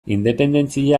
independentzia